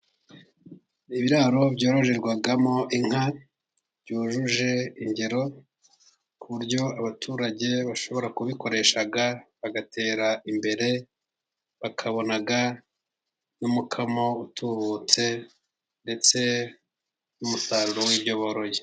Ibiraro byororerwamo inka byujuje ingero ku buryo abaturage bashobora kubikoresha bagatera imbere bakabonaga n'umukamo utubutse, ndetse n'umusaruro w'ibyo boroye.